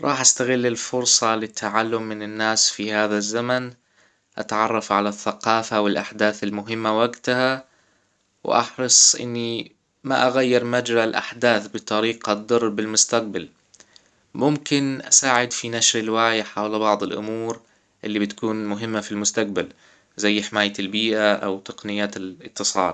راح استغل الفرصة للتعلم من الناس في هذا الزمن اتعرف على الثقافة والاحداث المهمة وجتها واحرص اني ما اغير مجرى الاحداث بطريقة تضر بالمستقبل ممكن أساعد في نشر الوعي حول بعض الامور اللي بتكون في المستقبل زي حماية البيئة او تقنيات الاتصال